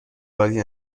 بازی